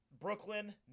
Brooklyn